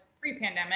pre-pandemic